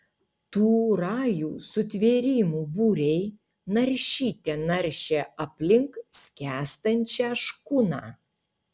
tų rajų sutvėrimų būriai naršyte naršė aplink skęstančią škuną